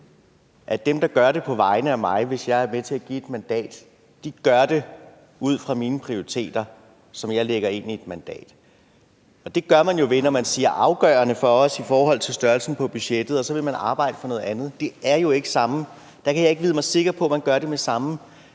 at dem, der gør det på vegne af mig, hvis jeg er med til at give et mandat, gør det ud fra mine prioriteter, som jeg lægger ind i et mandat. Det gør man jo, når man siger, at det er afgørende for os i forhold til størrelsen på budgettet, og man så vil arbejde for noget andet. Der kan jeg jo ikke vide mig sikker på, at man gør det med samme